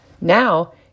Now